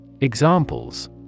Examples